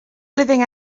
living